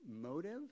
motive